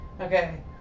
okay